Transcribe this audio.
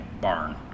barn